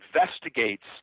investigates